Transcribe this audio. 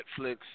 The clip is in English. Netflix